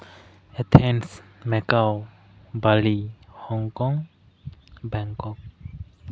Athens ᱢᱮᱠᱟᱣ ᱵᱟᱞᱤ ᱦᱚᱝᱠᱚᱝ ᱵᱮᱝᱠᱚᱠ